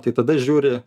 tai tada žiūri